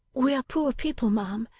we are poor people, ma'am,